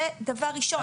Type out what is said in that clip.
זה דבר ראשון.